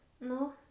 no